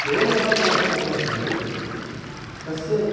तेन यः मोदः भवति तस्य